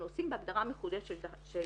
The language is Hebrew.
אנחנו עוסקים בהגדרה מחודשת של